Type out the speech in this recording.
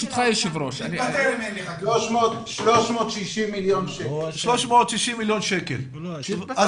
360 מיליון שקלים, לא כולל